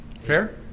Fair